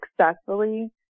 successfully